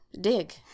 dig